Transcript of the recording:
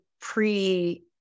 pre